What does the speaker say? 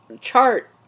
chart